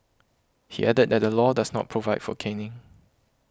he added that the law does not provide for caning